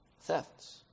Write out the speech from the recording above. Thefts